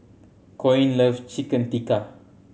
Koen love Chicken Tikka